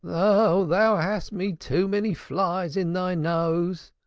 ah, thou hast me too many flies in thy nose,